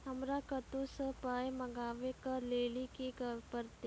हमरा कतौ सअ पाय मंगावै कऽ लेल की करे पड़त?